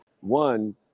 One